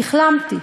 נכלמתי.